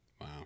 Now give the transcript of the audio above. Wow